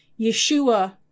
Yeshua